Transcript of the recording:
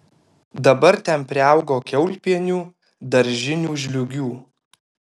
dabar ten priaugo kiaulpienių daržinių žliūgių